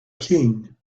king